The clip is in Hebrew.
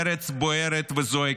ארץ בוערת וזועקת,